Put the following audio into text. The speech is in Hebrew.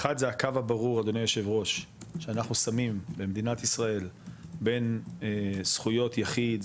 אחד זה הקו הברור אדוני היושב ראש שאנחנו שמים במדינת בין זכויות יחיד,